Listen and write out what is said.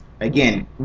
again